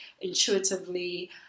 intuitively